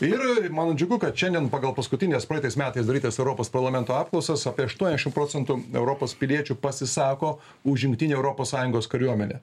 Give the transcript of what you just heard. ir man džiugu kad šiandien pagal paskutines praeitais metais darytas europos parlamento apklausas apie aštuoniasšim procentų europos piliečių pasisako už jungtinę europos sąjungos kariuomenę